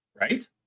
right